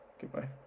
Goodbye